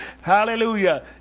Hallelujah